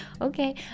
okay